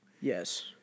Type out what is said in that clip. Yes